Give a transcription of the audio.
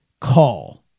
call